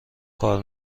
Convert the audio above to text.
کار